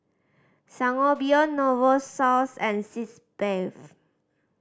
Sangobion Novosource and Sitz Bath